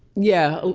yeah,